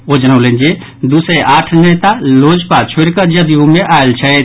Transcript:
ओ जनौलनि जे दू सय आठ नेता लोजपा छोड़ि कऽ जदयू मे आयल छथि